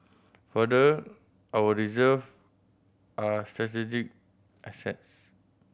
further our reserve are strategic assets